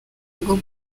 bwo